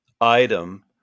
item